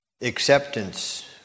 Acceptance